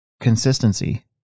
consistency